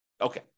Okay